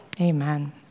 Amen